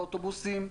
לאוטובוסים,